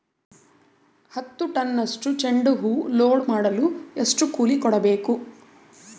ಹತ್ತು ಟನ್ನಷ್ಟು ಚೆಂಡುಹೂ ಲೋಡ್ ಮಾಡಲು ಎಷ್ಟು ಕೂಲಿ ಕೊಡಬೇಕು?